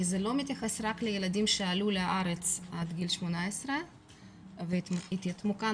כי זה לא מתייחס רק לילדים שעלו לארץ עד גיל 18 והתייתמו כאן,